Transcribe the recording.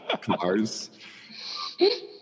cars